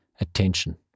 attention